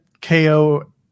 KO